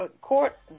court